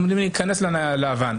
אמרו לי להיכנס לואן.